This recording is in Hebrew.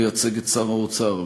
לייצג את שר האוצר.